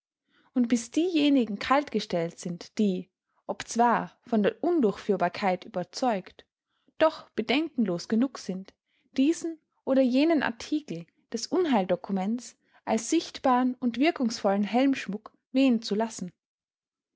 und bis diejenigen kaltgestellt sind die obzwar von der undurchführbarkeit überzeugt doch bedenkenlos genug sind diesen oder jenen artikel des unheildokuments als sichtbaren und wirkungsvollen helmschmuck wehen zu lassen